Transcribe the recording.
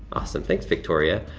awesome, thanks, victoria